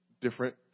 different